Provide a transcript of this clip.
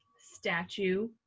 statue